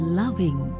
loving